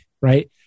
right